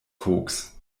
koks